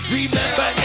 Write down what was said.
Remember